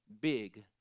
big